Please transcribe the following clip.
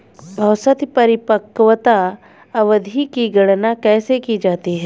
औसत परिपक्वता अवधि की गणना कैसे की जाती है?